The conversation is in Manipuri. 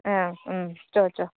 ꯑꯪ ꯎꯝ ꯆꯣ ꯆꯣ